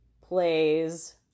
plays